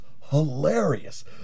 hilarious